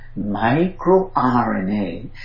MicroRNA